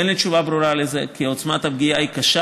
אין לי תשובה ברורה לזה כי עוצמת הפגיעה היא קשה.